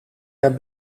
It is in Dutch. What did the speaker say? daar